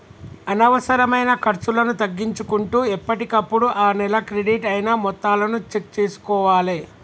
అనవసరమైన ఖర్చులను తగ్గించుకుంటూ ఎప్పటికప్పుడు ఆ నెల క్రెడిట్ అయిన మొత్తాలను చెక్ చేసుకోవాలే